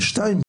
ודבר שני,